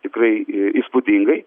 tikrai į įspūdingai